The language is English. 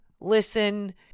listen